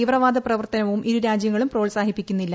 തീവ്രവാദ ഒരു പ്രവർത്തനവും ഇരു രാജ്യങ്ങളും പ്രോത്സാഹിപ്പിക്കുന്നില്ല